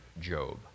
Job